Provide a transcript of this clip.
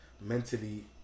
mentally